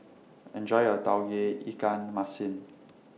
Enjoy your Tauge Ikan Masin